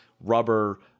rubber